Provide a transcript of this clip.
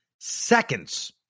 seconds